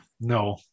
No